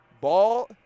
Ball